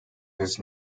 his